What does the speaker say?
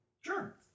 sure